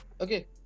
Okay